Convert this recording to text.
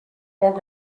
poc